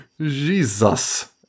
Jesus